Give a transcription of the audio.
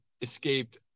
escaped